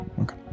Okay